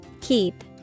Keep